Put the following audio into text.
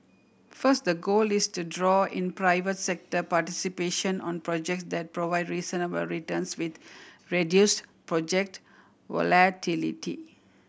first the goal is to draw in private sector participation on projects that provide reasonable returns with reduced project volatility